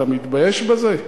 אתה מתבייש בזה?